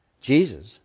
Jesus